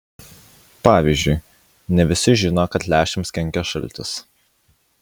pavyzdžiui ne visi žino kad lęšiams kenkia šaltis